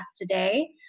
today